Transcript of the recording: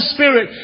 Spirit